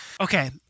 Okay